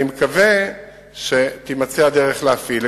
אני מקווה שתימצא הדרך להפעיל.